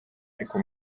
ariko